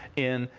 in.